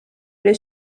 oli